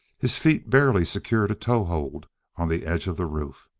his feet barely secured a toehold on the edge of the roof.